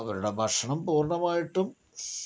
അവരുടെ ഭക്ഷണം പൂർണ്ണമായിട്ടും